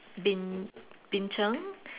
bin bin-cheng